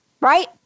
right